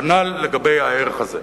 כנ"ל לגבי הערך הזה.